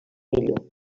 millor